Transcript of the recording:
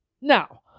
Now